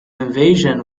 invasion